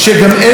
אבל הם יבינו